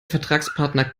vertragspartner